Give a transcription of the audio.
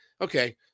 okay